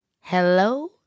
Hello